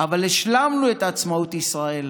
אבל השלמנו את עצמאות ישראל